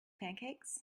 pancakes